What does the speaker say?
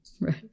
Right